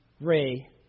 Ray